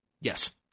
Yes